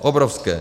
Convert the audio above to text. Obrovské.